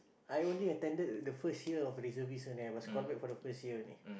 I only attended the first of reservist and I was called back for the first year only